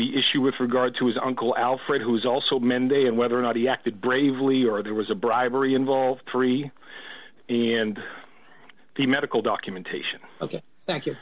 the issue with regard to his uncle alfred who was also men day and whether or not he acted bravely or there was a bribery involved three and the medical documentation of thank you